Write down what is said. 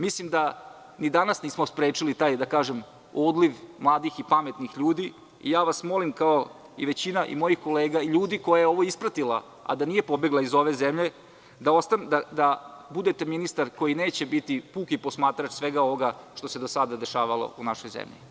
Mislim da ni danas nismo sprečili taj odliv mladih i pametnih ljudi i molim vas kao i većina mojih kolega i ljudi koji su ovo ispratili, a da nisu pobegli iz ove zemlje da budete ministar koji neće biti puki posmatrač svega ovoga što se do sada dešavalo u našoj zemlji.